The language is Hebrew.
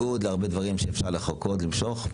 צריך להבין שבניגוד להרבה דברים שאפשר לחכות ולמשוך,